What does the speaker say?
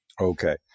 Okay